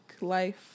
life